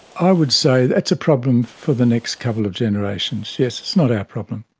i would say that's a problem for the next couple of generations, yes, it's not our problem.